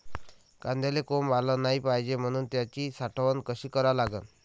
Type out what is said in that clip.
कांद्याले कोंब आलं नाई पायजे म्हनून त्याची साठवन कशी करा लागन?